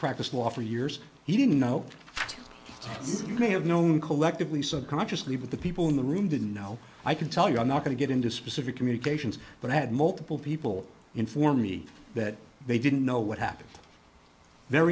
practiced law for years he didn't know you may have known collectively subconsciously but the people in the room didn't know i can tell you i'm not going to get into specific communications but i had multiple people inform me that they didn't know what happened the